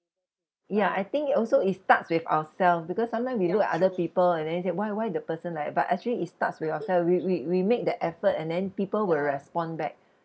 ya I think it also it starts with ourselves because sometime we look at other people and then say why why the person like that but actually it starts with ourselves we we we make the effort and then people will respond back